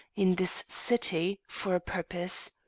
in this city, for a purpose.